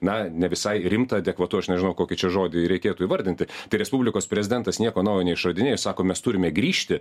na ne visai rimta adekvatu aš nežinau kokį čia žodį reikėtų įvardinti tai respublikos prezidentas nieko naujo neišradinėja jis sako mes turime grįžti